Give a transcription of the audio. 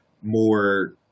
more